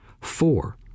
four